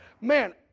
man